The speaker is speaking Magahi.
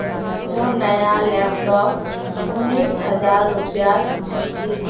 मोर नया लैपटॉप उन्नीस हजार रूपयार छिके